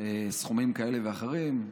מהאופוזיציה סכומים כאלה ואחרים,